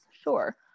sure